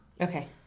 Okay